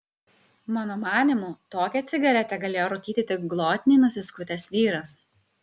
mano manymu tokią cigaretę galėjo rūkyti tik glotniai nusiskutęs vyras